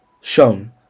shown